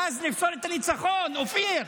ואז נפסול את הניצחון, אופיר.